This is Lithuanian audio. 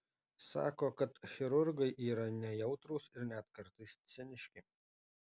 sako kad chirurgai yra nejautrūs ir net kartais ciniški